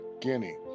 Guinea